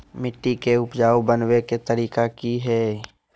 मिट्टी के उपजाऊ बनबे के तरिका की हेय?